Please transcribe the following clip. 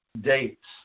dates